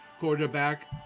quarterback